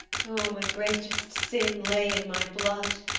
oh, my greatest sin lay in my blood!